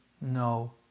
no